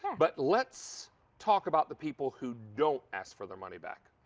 but let's talk about the people who don't ask for their money back.